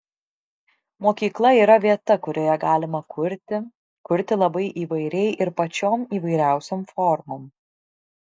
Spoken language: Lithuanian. mokykla yra vieta kurioje galima kurti kurti labai įvairiai ir pačiom įvairiausiom formom